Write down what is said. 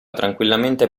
tranquillamente